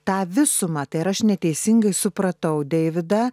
tą visumą tai ar aš neteisingai supratau deividą